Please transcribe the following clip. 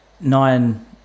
nine